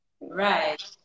right